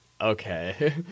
okay